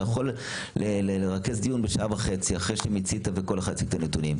אתה יכול לרכז דיון בשעה וחצי אחרי שמיצית וכל אחד הציג את הנתונים,